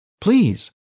please